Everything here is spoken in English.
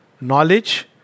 knowledge